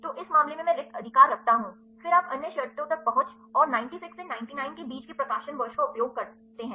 तो इस मामले में मैं रिक्त अधिकार रखता हूं फिर आप अन्य शर्तों तक पहुंच और 96 से 99 के बीच के प्रकाशन वर्ष का उपयोग करते हैं